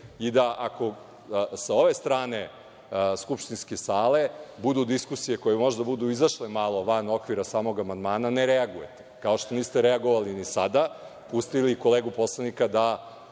i da ako sa ove strane skupštinske sale budu diskusije koje možda budu izašle malo van okvira samog amandmana ne reagujete, kao što niste reagovali ni sada, pustili kolegu poslanika da